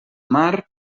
mar